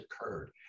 occurred